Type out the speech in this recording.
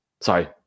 sorry